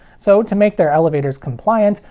so, to make their elevators compliant,